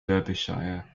derbyshire